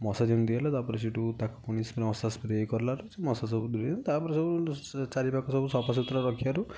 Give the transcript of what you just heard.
ମଶା ଯେମିତି ହେଲେ ତା'ପରେ ସେଇଠୁ ତାକୁ ପୁଣି ମଶା ସ୍ପ୍ରେ କଲାଠୁ ସେ ମଶା ସବୁ ଦୂରେଇଗଲେ ତା'ପରେ ସବୁ ଚାରିପାଖ ସବୁ ସଫାସୁତୁରା ରଖିବାରୁ